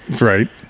Right